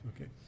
Okay